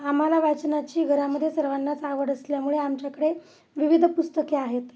आम्हाला वाचनाची घरामध्ये सर्वांनाच आवड असल्यामुळे आमच्याकडे विविध पुस्तके आहेत